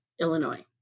Illinois